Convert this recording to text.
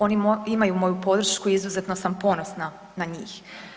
Oni imaju moju podršku i izuzetno sam ponosna na njih.